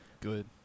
Good